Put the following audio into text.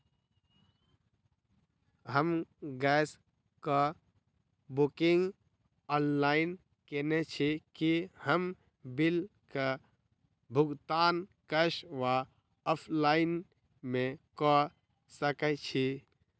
हम गैस कऽ booking online केने छी, की हम बिल कऽ भुगतान कैश वा ऑफलाइन मे कऽ सकय छी?